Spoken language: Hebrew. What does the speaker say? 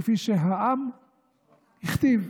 כפי שהעם הכתיב.